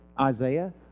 isaiah